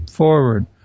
forward